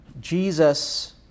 Jesus